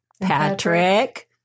Patrick